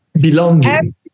Belonging